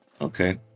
okay